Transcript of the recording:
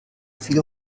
viel